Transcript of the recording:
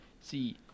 See